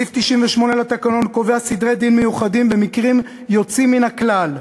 סעיף 98 לתקנון קובע סדרי-דין מיוחדים במקרים יוצאים מן הכלל.